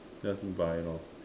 just buy lor